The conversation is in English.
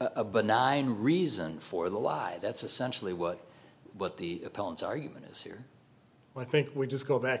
a but nine reason for the lie that's essentially what what the appellant's argument is here i think we just go back to